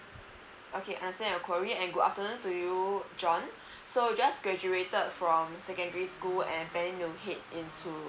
okay I understand your query and good afternoon to you john so just graduated from secondary school and apparently you're head into